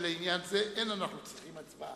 שלעניין זה אין אנחנו צריכים הצבעה.